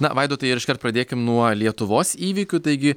na vaidotai ir iškart pradėkim nuo lietuvos įvykių taigi